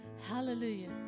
Hallelujah